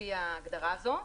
לפי ההגדרה הזאת.